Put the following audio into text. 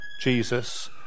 Jesus